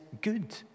good